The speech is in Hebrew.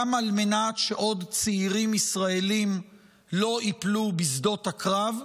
גם על מנת שעוד צעירים ישראלים לא ייפלו בשדות הקרב,